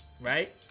right